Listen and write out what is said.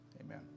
Amen